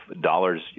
dollars